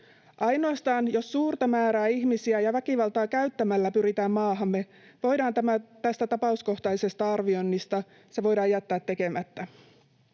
Ainoastaan jos suurta määrää ihmisiä ja väkivaltaa käyttämällä pyritään maahamme, voidaan tämä tapauskohtainen arviointi jättää tekemättä.